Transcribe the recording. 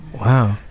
Wow